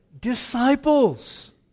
Disciples